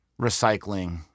recycling